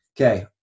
Okay